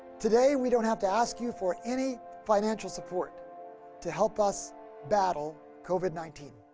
today we don't have to ask you for any financial support to help us battle covid nineteen.